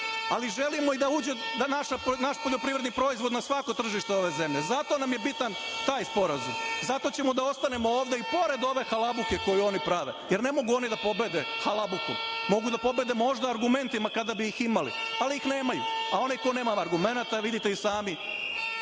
Ali, želimo i da naš poljoprivredni proizvod uđe na svako tržište ove zemlje. Zato nam je bitan taj sporazum. Zato ćemo da ostanemo ovde i pored ove halabuke koju oni prave, jer ne mogu oni da pobede halabukom, mogu da pobede možda argumentima, kada bi ih imali, ali ih nemaju, a onaj ko nema argumenata, vidite i sami